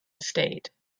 estate